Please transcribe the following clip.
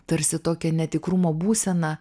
tarsi tokią netikrumo būseną